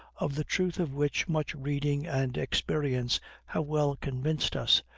of the truth of which much reading and experience have well convinced us,